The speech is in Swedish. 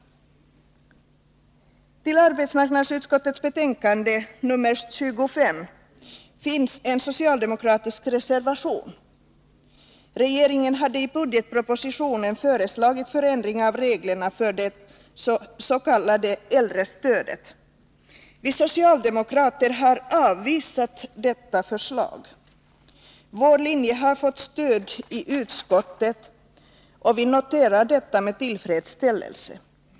Till arbetsmarknadsutskottets betänkande nr 25 finns en socialdemokratisk reservation. Regeringen hade i budgetpropositionen föreslagit en förändring av reglerna för det s.k. äldrestödet. Vi socialdemokrater har avvisat detta förslag. Vår linje har fått stöd i utskottet, vilket vi noterar med tillfredsställelse.